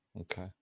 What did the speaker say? okay